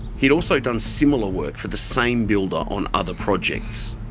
he'd also done similar work for the same builder on other projects.